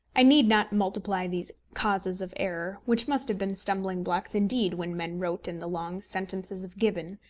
i need not multiply these causes of error, which must have been stumbling-blocks indeed when men wrote in the long sentences of gibbon,